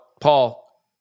Paul